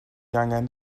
angan